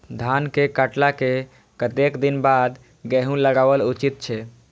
धान के काटला के कतेक दिन बाद गैहूं लागाओल उचित छे?